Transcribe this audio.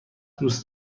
دوست